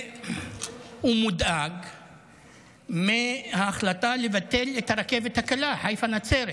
הוא מודאג מההחלטה לבטל את הרכבת הקלה חיפה נצרת.